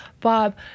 Bob